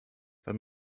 weil